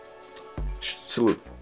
salute